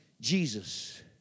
Jesus